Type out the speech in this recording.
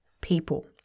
people